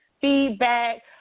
feedback